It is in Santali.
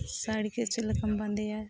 ᱥᱟᱲᱤ ᱠᱚ ᱪᱮᱫ ᱞᱮᱠᱟᱢ ᱵᱟᱸᱫᱮᱭᱟ